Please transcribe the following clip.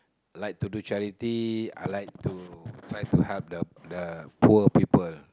like to do charity I like to try to help the poor people